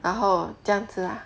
然后这样子啊